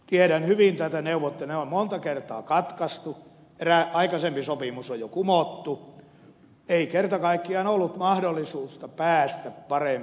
tiedän hyvin nämä neuvottelut ne on monta kertaa katkaistu eräs aikaisempi sopimus on jo kumottu ei kerta kaikkiaan ollut mahdollisuutta päästä parempaan sopimukseen